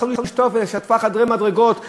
הלכה, שטפה חדרי מדרגות ובתים,